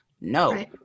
no